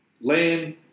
land